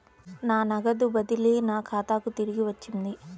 నా నగదు బదిలీ నా ఖాతాకు తిరిగి వచ్చింది